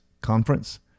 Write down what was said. conference